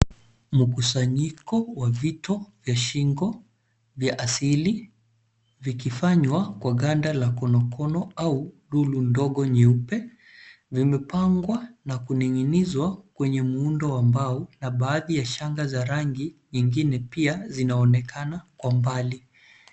Mkusanyiko wa vitu vya shingo vya asili vikifanywa kwa ganda la konono au dulu ndogo nyeupe. Vimepangwa na kuninginizwa kwenye muundo wa mbao na baadhi ya shanga za rangi nyingine pia zinaonekana kwa mbali.